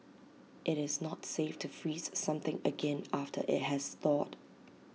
IT is not safe to freeze something again after IT has thawed